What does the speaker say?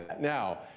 Now